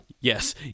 yes